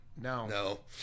no